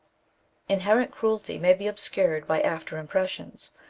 inherent cruelty may be obscured by after impressions,